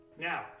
Now